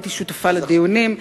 הייתי שותפה לדיונים,